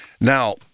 Now